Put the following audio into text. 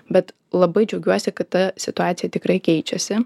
bet labai džiaugiuosi kad ta situacija tikrai keičiasi